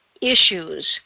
issues